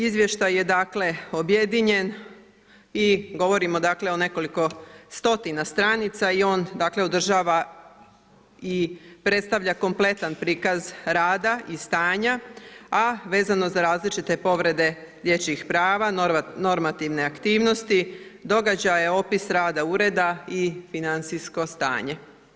Izvještaj je objedinjen i govorimo o nekoliko stotina stranica i on održava i predstavlja kompletan prikaz rada i stanja, a vezano za različite povrede dječjih prava, normativne aktivnosti, događaje, opis, rada ureda i financijsko stanje.